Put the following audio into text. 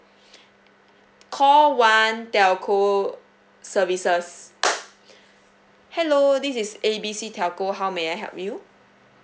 call one telco services hello this is A B C telco how may I help you